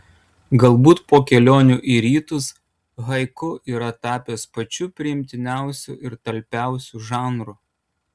galbūt po kelionių į rytus haiku yra tapęs pačiu priimtiniausiu ir talpiausiu žanru